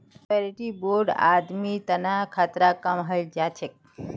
surety bond आदमीर तना खतरा कम हई जा छेक